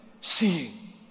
seeing